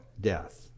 death